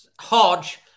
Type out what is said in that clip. Hodge